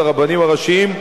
את הרבנים הראשיים,